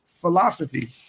philosophy